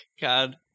God